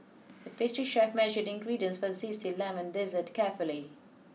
the pastry chef measured the ingredients for a zesty lemon dessert carefully